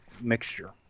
mixture